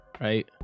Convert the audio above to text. right